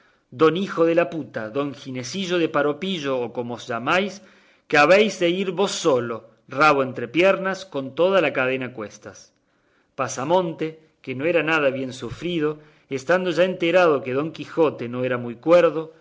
don hijo de la puta don ginesillo de paropillo o como os llamáis que habéis de ir vos solo rabo entre piernas con toda la cadena a cuestas pasamonte que no era nada bien sufrido estando ya enterado que don quijote no era muy cuerdo